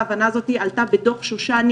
ההבנה הזאת עלתה בדו"ח שושני,